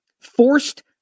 Forced